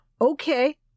Okay